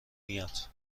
میاد